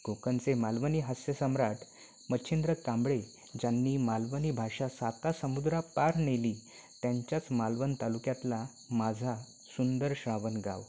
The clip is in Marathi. कोकणचे मालवणी हास्यसम्राट मछींद्र कांबळी ज्यांनी मालवणी भाषा साता समुद्रा पार नेली त्यांच्याच मालवण तालुक्यातला माझा सुंदर श्रावण गाव